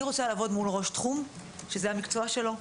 אני רוצה לעבוד מול ראש תחום שזה המקצוע שלו.